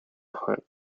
hunt